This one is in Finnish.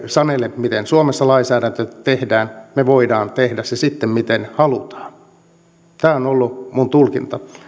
sanele miten suomessa lainsäädäntö tehdään me voimme tehdä sen sitten miten haluamme tämä on ollut minun tulkintani